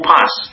Pass